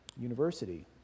University